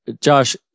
josh